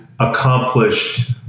accomplished